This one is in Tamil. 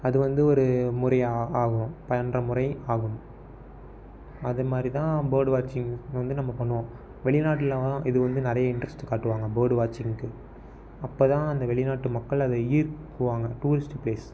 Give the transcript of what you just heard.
அது வந்து ஒரு முறையாக ஆகும் பண்ணற முறை ஆகும் அதுமாதிரி தான் பேர்டு வாட்சிங் வந்து நம்ம பண்ணுவோம் வெளிநாட்டில் இது வந்து நிறைய இன்ட்ரெஸ்ட் காட்டுவாங்க பேர்ட் வாட்சிங்குக்கு அப்போதான் அந்த வெளிநாட்டு மக்கள் அதை ஈர்க்குவாங்க டூரிஸ்ட்டு ப்லேஸ்